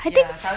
I think